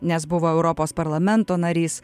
nes buvo europos parlamento narys